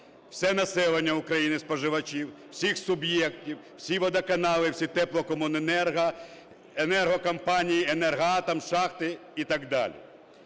все населення України, споживачів, всіх суб'єктів, всі водоканали, всі теплокомуненерго, енергокомпанії, "Енергоатом", шахти і так далі.